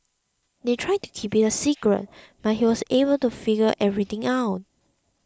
they tried to keep it a secret but he was able to figure everything out